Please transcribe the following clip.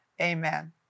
Amen